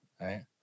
right